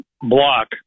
block